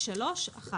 לאנשים עם מוגבלות "(ג3) (1)